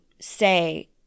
say